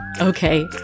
Okay